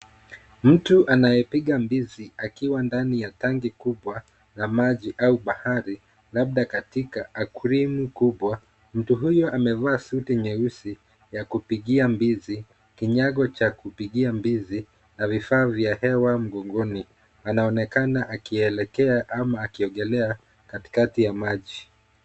Mtu anayepiga mbizi akiwa ndani ya tanki kubwa la maji au bahari labda katika aquarium kubwa. Mtu huyo amevaa suti nyeusi ya kupigia mbizi, kinyago cha kupigia mbizi na vifaa vya hewa mgongoni. Anaonekana akielekea ama akiogelea katikati ya maji.